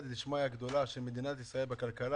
מהסיעתא דשמייא הגדולה של מדינת ישראל בכלכלה,